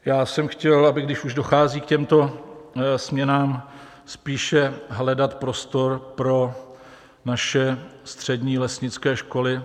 Já jsem chtěl, když už dochází k těmto směnám, aby se spíše hledal prostor pro naše střední lesnické školy.